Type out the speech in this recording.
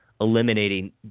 eliminating